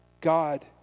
God